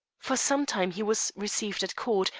for some time he was received at court,